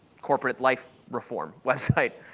corporate life reform website.